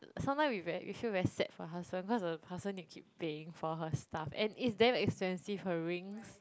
sometimes we very we feel very sad for her husband cause the husband need to keep paying for her stuff and is damn expensive her rings